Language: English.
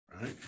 right